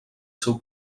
seu